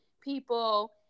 people